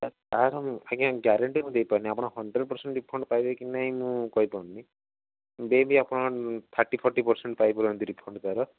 ତାର ଆଜ୍ଞା ଗ୍ୟାରେଣ୍ଟି ମୁଁ ଦେଇପାରୁନି ଆପଣ ହଣ୍ଡରେଡ଼ ପର୍ସେଣ୍ଟ ରିଫଣ୍ଡ ପାଇବେ କି ନାହିଁ ମୁଁ କହିପାରୁନି ମେ ବି ଆପଣ ଥାର୍ଟି ଫୋର୍ଟି ପର୍ସେଣ୍ଟ ପାଇପାରନ୍ତି ରିଫଣ୍ଡ ତାର